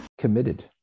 Committed